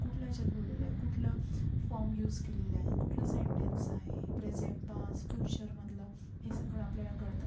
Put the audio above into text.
कुठल्या ह्याच्यात बोललेलं आहे कुठलं फॉर्म यूस केलेला आहे कुठलं सेन्टेन्स आहे प्रेजेण पास फ्यूशरमधलं हे सगळं आपल्याला कळतं